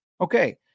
Okay